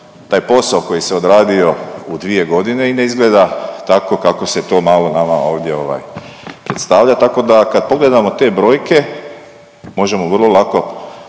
taj posao koji se odradio u dvije godine i ne izgleda tako kako se to malo nama ovdje ovaj predstavlja tako da kad pogledamo te brojke, možemo vrlo lako